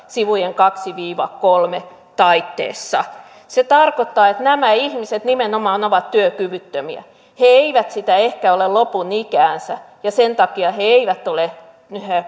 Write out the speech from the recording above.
sivujen kahdessa viiva kolmessa taitteessa se tarkoittaa että nämä ihmiset nimenomaan ovat työkyvyttömiä he eivät sitä ehkä ole lopun ikäänsä ja sen takia he eivät ole